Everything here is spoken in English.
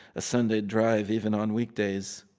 a sunday drive, even on weekdays.